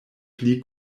pli